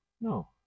No